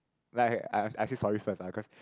like like I I say sorry first ah because